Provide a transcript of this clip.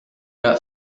not